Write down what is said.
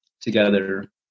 together